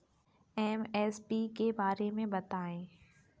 MSP के बारे में बतायें?